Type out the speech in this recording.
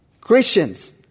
Christians